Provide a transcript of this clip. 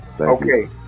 Okay